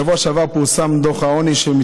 בשבוע שעבר פורסם דוח העוני,